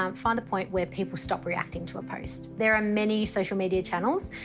um find the point where people stop reacting to a post. there are many social media channels,